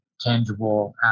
tangible